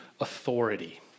authority